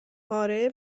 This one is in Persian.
آره